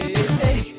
Hey